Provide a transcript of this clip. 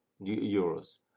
euros